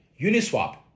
Uniswap